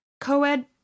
co-ed